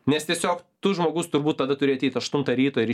nes tiesiog tu žmogus turbūt tada turi ateit aštuntą ryto ir